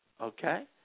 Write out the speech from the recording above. okay